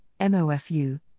MOFU